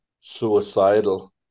suicidal